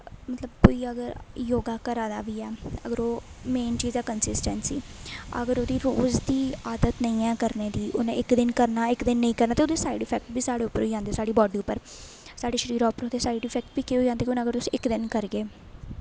मतलब कोई अगर योग करा दा बी ऐ अगर ओह् मेन चीज ऐ कंसिसटैंसी अगर ओह् रोज दी आदत नेईं ऐ करने दी उन्नै इक दिन करना इक दिन नेईं करना ते ओह्दे साईड इफैक्ट बी साढ़े उप्पर होई जंदे साढ़ी बाड्डी उप्पर शरीरै उप्पर बी साईड इफैक्ट केह् होई जंदे कि हून अगर तुस इक दिन करगे